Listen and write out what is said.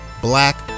Black